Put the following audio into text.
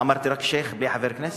אמרתי רק שיח', בלי חבר הכנסת?